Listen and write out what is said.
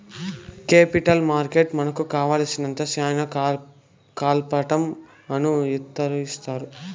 capital మార్కెట్లో మనకు కావాలసినంత శ్యానా కాలంపాటు అప్పును ఇత్తారు